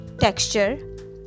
texture